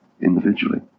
individually